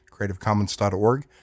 Creativecommons.org